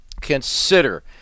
Consider